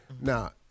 Now